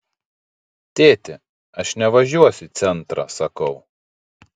tėti aš nevažiuosiu į centrą sakau